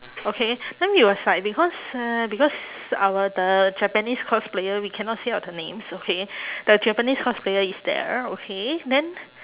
okay then we was like because uh because our the japanese cosplayer we cannot say out the names okay the japanese cosplayer is there okay then